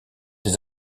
des